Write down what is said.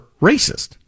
racist